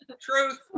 Truth